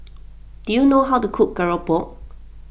do you know how to cook Keropok